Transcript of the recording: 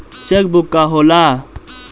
Check book का होला?